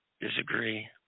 disagree